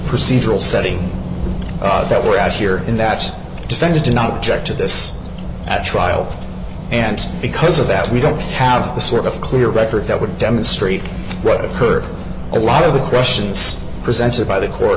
procedural setting that we're out here in that defendant do not object to this at trial and because of that we don't have the sort of clear record that would demonstrate what occurred a lot of the questions presented by the court